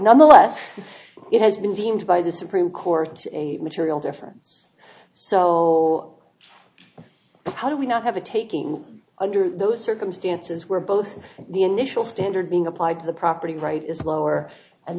nonetheless it has been deemed by the supreme court a material difference so but how do we not have a taking under those circumstances where both the initial standard being applied to the property right is lower and